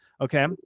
okay